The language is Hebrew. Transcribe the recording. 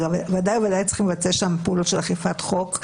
וגם בוודאי ובוודאי צריך לבצע שם פעולות של אכיפת חוק.